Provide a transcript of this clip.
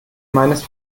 meines